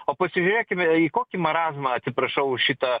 o pasižiūrėkime į kokį marazmą atsiprašau už šitą